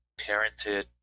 parented